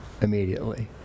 immediately